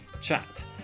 chat